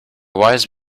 wise